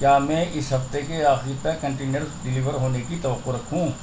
کیا میں اس ہفتے کے آخر تک کنٹینر ڈلیور ہونے کی توقع رکھوں